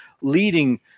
leading